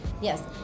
Yes